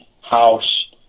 House